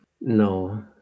No